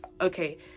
okay